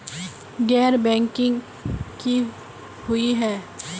गैर बैंकिंग की हुई है?